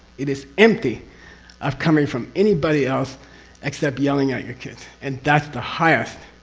it is empty of coming from anybody else except yelling at your kids. and that's the highest